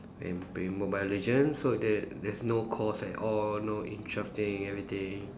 I'm playing mobile legends so there there's no course at all no interrupting everything